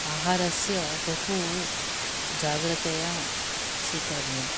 आहारस्य बहु जागरूकतया स्वीकरणीयम्